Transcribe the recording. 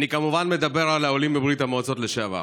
אני כמובן מדבר על העולים מברית המועצות לשעבר.